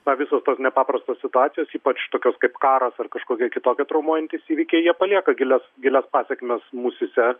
na visos tos nepaprastos situacijos ypač tokios kaip karas ar kažkokie kitokie traumuojantys įvykiai jie palieka gilias gilias pasekmes mūsyse